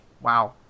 wow